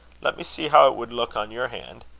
let me see how it would look on your hand.